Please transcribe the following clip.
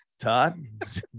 Todd